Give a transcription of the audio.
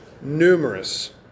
numerous